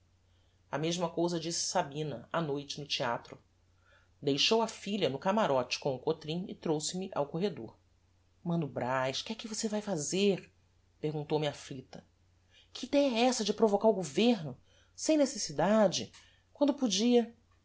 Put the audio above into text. a mesma cousa disse sabina á noite no theatro deixou a filha no camarote como cotrim e trouxe-me ao corredor mano braz que é que você vae fazer perguntou-me afflicta que idéa é essa de provocar o governo sem necessidade quando podia